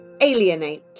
Alienate